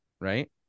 Right